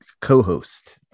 co-host